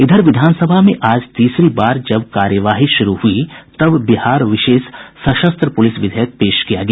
इधर विधान सभा में आज तीसरी बार जब कार्यवाही शुरू हुई तक बिहार विशेष सशस्त्र पुलिस विधेयक पेश किया गया